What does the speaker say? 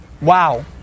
wow